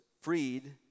freed